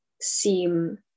seem